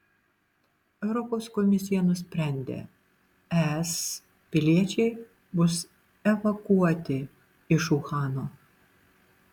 europos komisija nusprendė es piliečiai bus evakuoti iš uhano